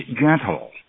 gentle